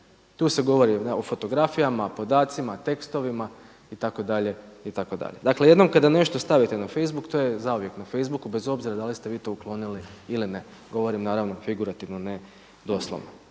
Tu se govori o fotografijama, o podacima, o tekstovima, itd., itd.. Dakle jednom kada nešto stavite na facebook to je zauvijek na facebooku bez obzira da li ste vi to uklonili ili ne, govorim naravno figurativno ne doslovno.